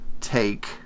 take